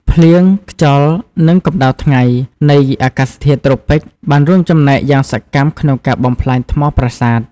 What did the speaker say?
ភ្លៀង ខ្យល់ និងកម្ដៅថ្ងៃ នៃអាកាសធាតុត្រូពិក បានរួមចំណែកយ៉ាងសកម្មក្នុងការបំផ្លាញថ្មប្រាសាទ។